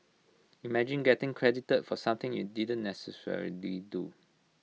imagine getting credited for something you didn't necessarily do